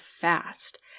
fast